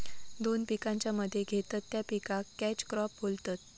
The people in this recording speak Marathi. दोन पिकांच्या मध्ये घेतत त्या पिकाक कॅच क्रॉप बोलतत